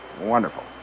wonderful